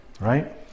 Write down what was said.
right